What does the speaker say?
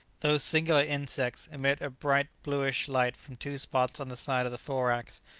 those singular insects emit a bright bluish light from two spots on the side of the thorax,